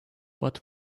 but